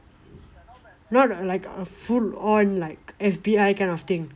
not like a full on like F_B_I kind of thing